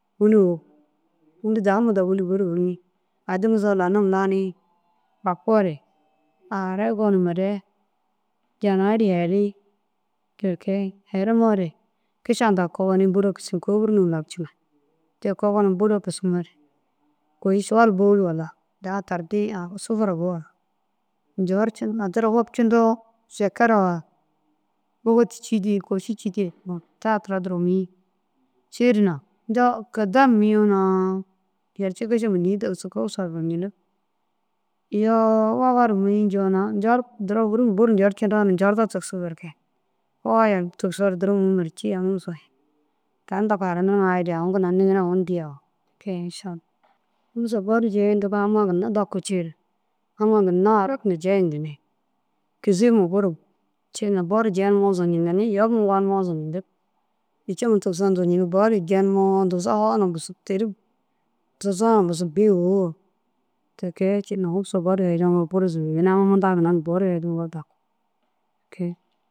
Wîni uwug wîni dahuma daa bur fûnumi addi muzoo lanim ranii Bapoore ahara gonumere jinai ru yer heri te kee. Herimoore kiša hundaa kogonii bôra kisii kôi hûruma lau ciiŋa te kogonum bôla kisimoore kôi šuwal bôli walla daha tardiĩ sufura bu walla njorcindo addi ra wopcintoo šakara ta tira duro mûyi cii na intoo kida ru mûyi yerci kišama ênii tigisig humusa zucindig. Iyoo wôwa ru mûyi njoo na duro fûrum buru njorda tigisig na berke wowa yalka tigisoore duro mûmere cî jaŋim soyi. Tani zaka haraniriŋa ayire aũ ginna harari hunu dîyoo ti kee išalla. Humusa bo ru jeeyintiga amma ginna daku cii na amma ginna arakintu jeyintini. Kîzeyima buru bu ciina bo ru jenimoo zujindinni yobum gonimoo zujindig. Hicima tigisoo zujindig bo ru jenimoo digisa foo na busug têri tuzoo na busug bî wôwo ti kee ciina humusa bo ru herimoo buru zujindinni amma ginna na boru herimoo daku ti ke.